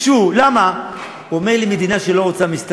מה קרה?